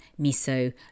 Miso